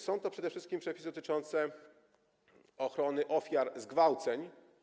Są to przede wszystkim przepisy dotyczące ochrony ofiar zgwałceń.